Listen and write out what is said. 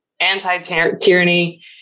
anti-tyranny